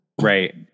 Right